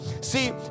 See